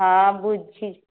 ହଁ ବୁଝିଛି